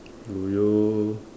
do you